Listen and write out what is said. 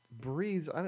breathes